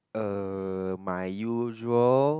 uh my usual